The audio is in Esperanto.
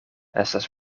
estas